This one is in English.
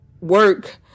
work